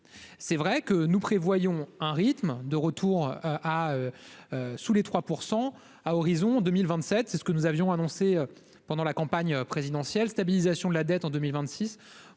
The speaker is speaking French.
c'est vrai que nous prévoyons un rythme de retour à sous les 3 % à horizon 2027, c'est ce que nous avions annoncé pendant la campagne présidentielle, stabilisation de la dette en 2026